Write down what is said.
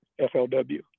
FLW